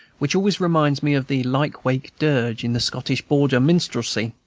which always reminds me of the lyke-wake dirge in the scottish border minstrelsy,